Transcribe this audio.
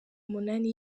umunani